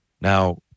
Now